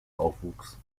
aufwuchs